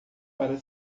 para